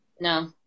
no